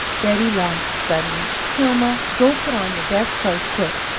betty laughed suddenly. hilma, go put on your best clothes, quick,